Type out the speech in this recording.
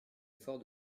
effort